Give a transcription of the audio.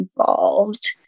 involved